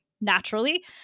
naturally